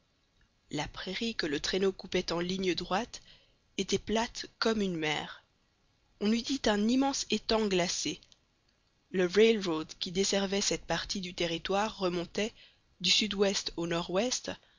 la prairie que le traîneau coupait en ligne droite était plate comme une mer on eût dit un immense étang glacé le rail road qui desservait cette partie du territoire remontait du sud-ouest au nord-ouest